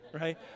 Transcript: right